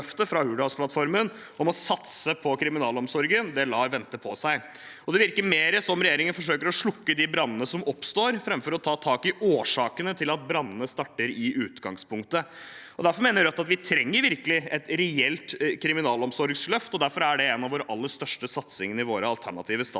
fra Hurdalsplattformen om å satse på kriminalomsorgen vente på seg, og det virker mer som om regjeringen forsøker å slukke de brannene som oppstår, framfor å ta tak i årsakene til at brannene starter i utgangspunktet. Derfor mener Rødt at vi virkelig trenger et reelt kriminalomsorgsløft, og derfor er det en av de aller største satsingene i våre alternative statsbudsjetter.